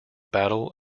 battle